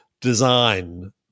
design